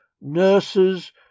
nurses